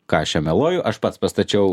ką aš čia meluoju aš pats pastačiau